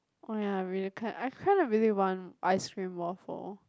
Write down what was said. oh ya I really can't I kind of really want ice cream waffle